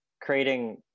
creating